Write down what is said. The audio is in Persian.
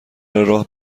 راه